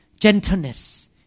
gentleness